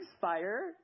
Fire